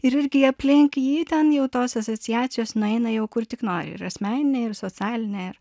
ir irgi aplink jį ten jau tos asociacijos nueina jau kur tik nori ir asmeninė ir socialinė ir